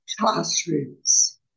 classrooms